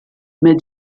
mais